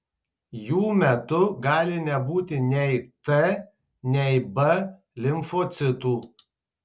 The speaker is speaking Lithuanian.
jų metu gali nebūti nei t nei b limfocitų